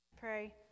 pray